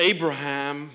Abraham